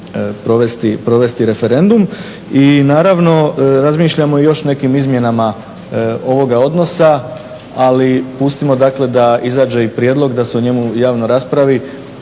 provesti referendum. I naravno razmišljamo i o još nekim izmjenama ovoga odnosa. Ali pustimo dakle da izađe i prijedlog da se o njemu javno raspravi